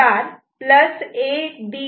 D' A